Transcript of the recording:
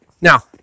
now